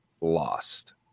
lost